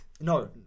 No